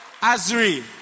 Azri